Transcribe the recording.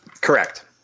Correct